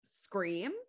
scream